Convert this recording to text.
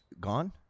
gone